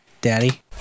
Daddy